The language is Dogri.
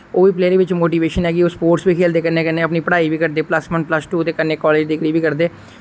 ओह् वि प्लेयरें विच मोटिवेशन ऐ कि ओ स्पोर्ट्स बी खेलदे कन्नै कन्नै अपनी पढ़ाई बी करदे प्लस वन प्लस टू ते कन्नै कालेज डिग्री बी करदे